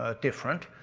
ah different.